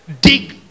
dig